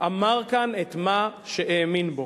אמרו כאן את מה שהאמינו בו.